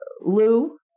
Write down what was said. Lou